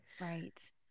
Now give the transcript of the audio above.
Right